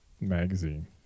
magazine